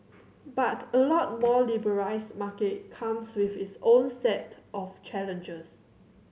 but a lot more liberalised market comes with its own set of challenges